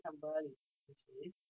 tau hu